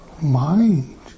mind